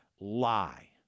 lie